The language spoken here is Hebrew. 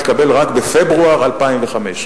התקבל רק בפברואר 2005,